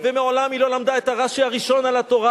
ומעולם היא לא למדה את רש"י הראשון על התורה,